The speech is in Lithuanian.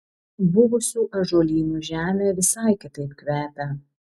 buvusių ąžuolynų žemė visai kitaip kvepia